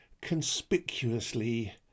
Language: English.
conspicuously